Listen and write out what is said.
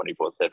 24-7